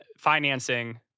Financing